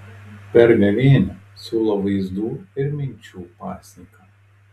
per gavėnią siūlo vaizdų ir minčių pasninką